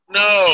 no